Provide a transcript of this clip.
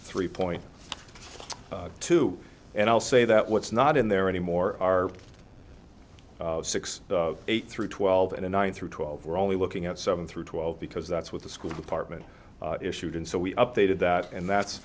three point two and i'll say that what's not in there anymore are six eight through twelve and one through twelve we're only looking at seven through twelve because that's what the school department issued and so we updated that and that's